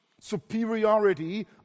superiority